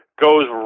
goes